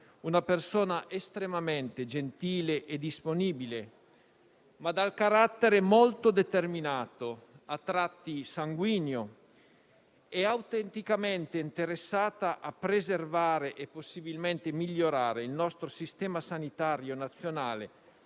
una persona estremamente gentile e disponibile, ma dal carattere molto determinato, a tratti sanguigno e autenticamente interessata a preservare e possibilmente migliorare il nostro Sistema sanitario nazionale